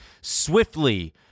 swiftly